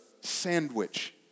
sandwich